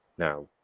Now